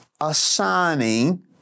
assigning